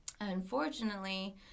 unfortunately